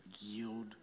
yield